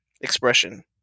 expression